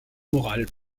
morale